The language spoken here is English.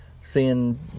seeing